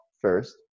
first